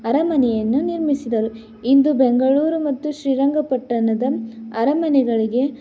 ಅರಮನೆಯನ್ನು ನಿರ್ಮಿಸಿದರು ಇಂದು ಬೆಂಗಳೂರು ಮತ್ತು ಶ್ರೀರಂಗಪಟ್ಟಣದ ಅರಮನೆಗಳಿಗೆ